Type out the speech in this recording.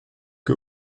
que